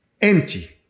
empty